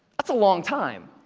that's a long time.